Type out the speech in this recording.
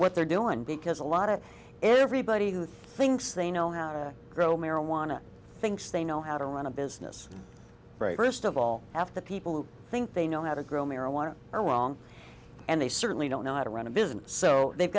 what they're doing because a lot of everybody who thinks they know how to grow marijuana thinks they know how to run a business very first of all half the people who think they know how to grow marijuana or well and they certainly don't know how to run a business so they've